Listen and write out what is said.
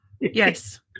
Yes